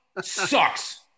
Sucks